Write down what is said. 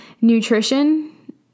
nutrition